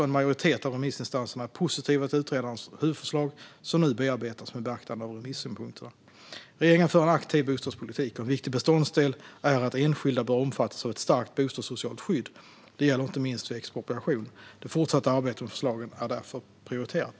En majoritet av remissinstanserna är positiva till utredarens huvudförslag, som nu bearbetas med beaktande av remissynpunkterna. Regeringen för en aktiv bostadspolitik. En viktig beståndsdel är att enskilda bör omfattas av ett starkt bostadssocialt skydd. Detta gäller inte minst vid expropriation. Det fortsatta arbetet med förslagen är därför prioriterat.